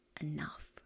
enough